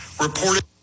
reported